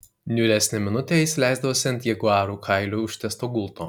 niūresnę minutę jis leisdavosi ant jaguarų kailiu užtiesto gulto